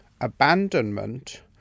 abandonment